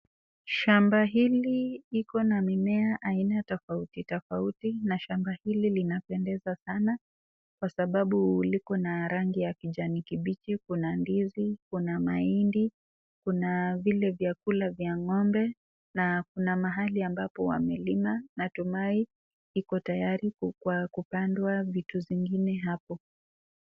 Shamba hili iko na mimea aina tofauti tofauti na shamba hili linapendeza sana kwa sababu liko na rangi ya kijani kibichi. Kuna ndizi, kuna mahindi, kuna vile vyakula vya ng'ombe na kuna mahali ambapo wamelima. Natumai iko tayari kwa kupandwa vitu zingine hapo.